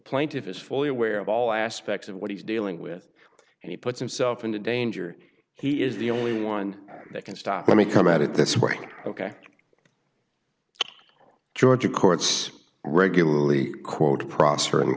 plaintiff is fully aware of all aspects of what he's dealing with and he puts himself in danger he is the only one that can stop let me come at it this way ok georgia courts regularly quote prosper and